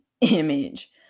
image